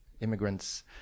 immigrants